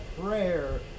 prayer